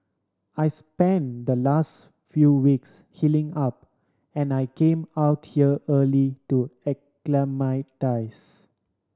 I spent the last few weeks healing up and I came out here early to acclimatise